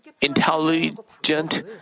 intelligent